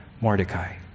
Mordecai